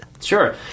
Sure